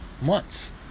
months